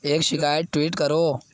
ایک شکایت ٹویٹ کرو